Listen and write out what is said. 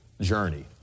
journey